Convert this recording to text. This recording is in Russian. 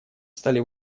стали